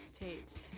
tapes